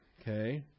Okay